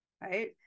right